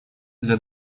для